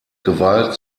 gewalt